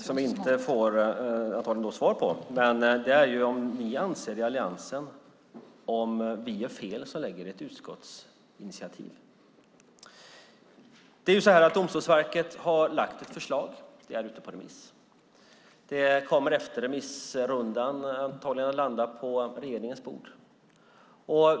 Fru talman! Jag ställde också en fråga som jag antagligen inte får något svar på. Det var om ni i Alliansen anser att vi gör fel som lägger fram ett utskottsinitiativ. Domstolsverket har lagt fram ett förslag som är ute på remiss. Efter remissrundan kommer förslaget antagligen att landa på regeringens bord.